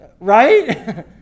Right